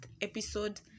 episode